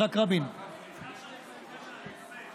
סליחה שאני סוטה מהנושא.